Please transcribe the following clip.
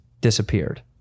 disappeared